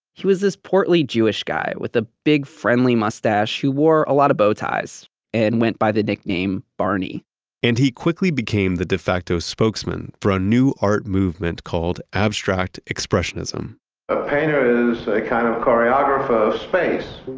he was this portly jewish guy with a big friendly mustache, who wore a lot of bow ties and went by the nickname barney and he quickly became the de facto spokesman for a new art movement called abstract expressionism a painter is a kind of choreographer of space.